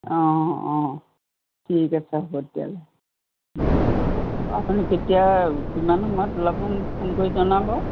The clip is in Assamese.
অঁ অঁ ঠিক আছে হ'ব তেতিয়াহ'লে হ'ব আপুনি কেতিয়া কিমান সময়ত ওলাব মোক ফোন কৰি জনাব